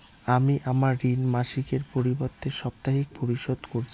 আমি আমার ঋণ মাসিকের পরিবর্তে সাপ্তাহিক পরিশোধ করছি